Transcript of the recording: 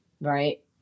right